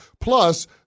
Plus